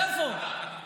איפה?